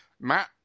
Matt